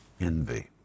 envy